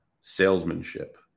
salesmanship